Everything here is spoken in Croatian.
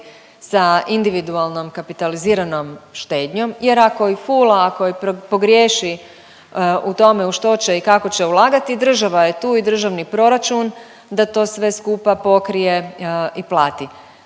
sa individualnom kapitaliziranom štednjom, jer ako i fula, ako i pogriješi u tome u što će i kako će ulagati, država je tu i državni proračun da to sve skupa pokrije i plati.